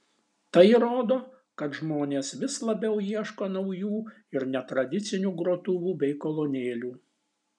tai rodo kad žmonės vis labiau ieško naujų ir netradicinių grotuvų bei kolonėlių